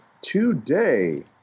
today